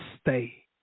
stay